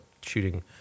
shooting